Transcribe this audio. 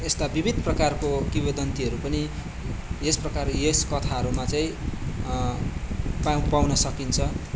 यस्ता विविध प्रकारको किंवदन्तीहरू पनि यसप्रकार यस कथाहरूमा चाहिँ पाउ पाउन सकिन्छ